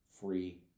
free